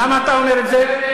למה אתה אומר את זה?